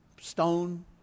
stone